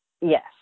Yes